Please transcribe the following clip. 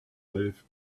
live